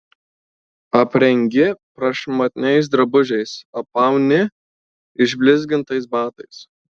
aprengi prašmatniais drabužiais apauni išblizgintais batais